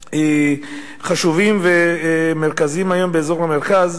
חשובים ומרכזיים היום באזור המרכז,